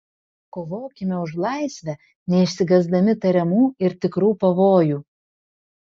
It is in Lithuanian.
kovokime už laisvę neišsigąsdami tariamų ir tikrų pavojų